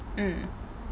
mm